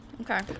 Okay